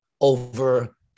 over